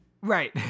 Right